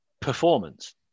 performance